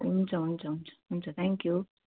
हुन्छ हुन्छ हुन्छ हुन्छ थ्याङ्कयू